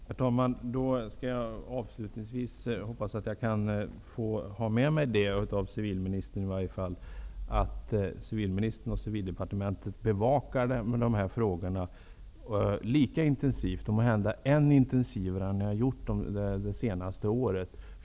Herr talman! Avslutningsvis hoppas jag att civilministern och Civildepartementet bevakar dessa frågor lika intensivt, och måhända än intensivare än ni har gjort under det senaste året.